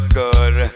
good